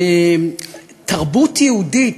תרבות יהודית?